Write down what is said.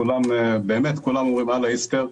כולם אומרים: אללה יסתור.